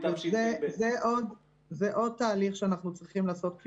זה עוד תהליך שאנחנו צריכים לעשות כפי